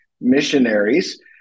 missionaries